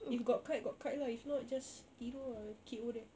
if got kite got kite lah if not just tidur ah K_O there